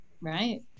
Right